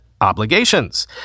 obligations